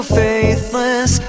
faithless